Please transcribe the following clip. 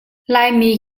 laimi